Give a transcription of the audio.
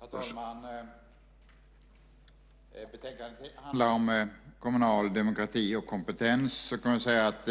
Herr talman! Betänkandet handlar om kommunal demokrati och kompetens. Jag kan väl säga att